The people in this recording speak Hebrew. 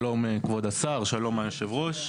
שלום כבוד השר, שלום אדוני יושב הראש.